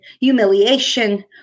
humiliation